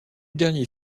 dernier